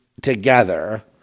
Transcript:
together